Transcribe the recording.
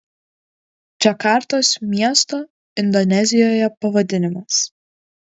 džakartos miesto indonezijoje pavadinimas